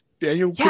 daniel